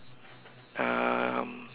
um